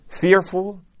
fearful